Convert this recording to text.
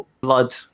blood